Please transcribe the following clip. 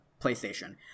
PlayStation